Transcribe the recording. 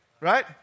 right